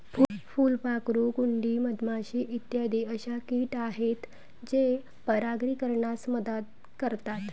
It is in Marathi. फुलपाखरू, कुंडी, मधमाशी इत्यादी अशा किट आहेत जे परागीकरणास मदत करतात